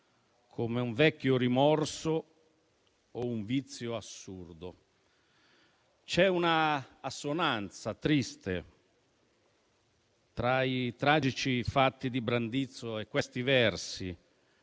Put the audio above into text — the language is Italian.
come un vecchio rimorso o un vizio assurdo»: c'è una assonanza triste tra i tragici fatti di Brandizzo e questi versi